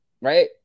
right